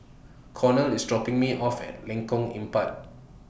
Cornel IS dropping Me off At Lengkong Empat